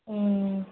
ம்